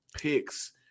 Picks